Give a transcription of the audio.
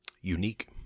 Unique